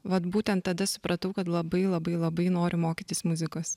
vat būtent tada supratau kad labai labai labai noriu mokytis muzikos